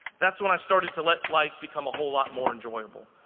that's when i started to let life become a whole lot more enjoyable.